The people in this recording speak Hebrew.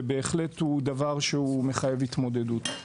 והוא בהחלט דבר שמחייב התמודדות.